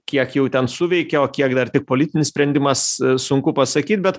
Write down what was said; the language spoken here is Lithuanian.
kiek jau ten suveikė o kiek dar tik politinis sprendimas sunku pasakyt bet